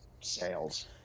sales